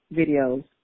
videos